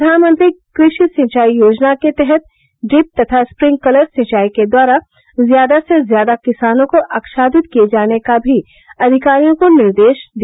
प्रधानमंत्री कृषि सिचाई योजना के तहत ड्रिप तथा स्प्रिंकलर सिंचाई के द्वारा ज्यादा से ज्यादा किसानों को आछादित किए जाने का भी अधिकारियों को निर्देश दिया